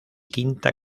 quinta